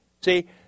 See